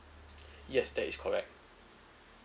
yes that is correct